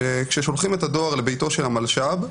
שכאשר שולחים את הדואר לביתו של המלש"ב,